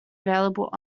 available